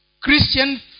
Christian